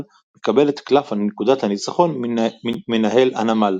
מקבל את קלף נקודת הניצחון מנהל הנמל,